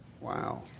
Wow